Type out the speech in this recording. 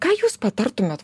ką jūs patartumėt